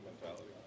mentality